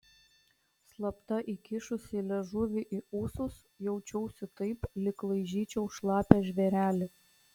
slapta įkišusi liežuvį į ūsus jaučiausi taip lyg laižyčiau šlapią žvėrelį